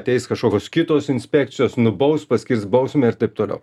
ateis kažkokios kitos inspekcijos nubaus paskirs bausmę ir taip toliau